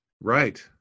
Right